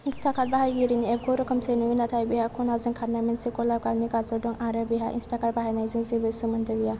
इन्स्टाकार्ट बाहायगिरिनि एपखौ रोखोमसे नुयो नाथाय बेयाव खनाजों खारनाय मोनसे गलाब गाबनि गाजर दं आरो बेहा इन्स्टाकार्ट बाहायनायजों जेबो सोमोन्दो गैया